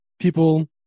people